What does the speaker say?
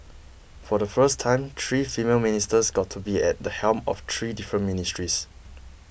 for the first time three female ministers got to be at the helm of three different ministries